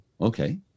okay